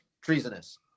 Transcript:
treasonous